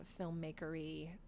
filmmakery